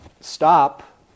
stop